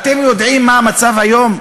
אתם יודעים מה המצב היום?